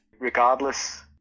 regardless